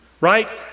Right